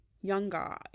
younger